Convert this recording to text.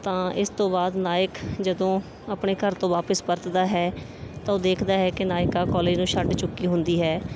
ਤਾਂ ਇਸ ਤੋਂ ਬਾਅਦ ਨਾਇਕ ਜਦੋਂ ਆਪਣੇ ਘਰ ਤੋਂ ਵਾਪਸ ਪਰਤਦਾ ਹੈ ਤਾਂ ਉਹ ਦੇਖਦਾ ਹੈ ਕਿ ਨਾਇਕਾ ਕੋਲਜ ਨੂੰ ਛੱਡ ਚੁੱਕੀ ਹੁੰਦੀ ਹੈ